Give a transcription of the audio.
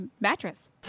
mattress